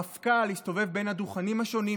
המפכ"ל הסתובב בין הדוכנים השונים,